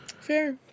Fair